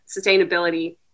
sustainability